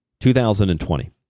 2020